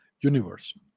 universe